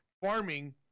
farming